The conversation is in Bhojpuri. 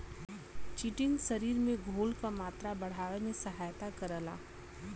चिटिन शरीर में घोल क मात्रा बढ़ावे में सहायता करला